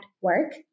Work